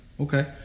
Okay